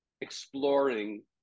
exploring